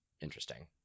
interesting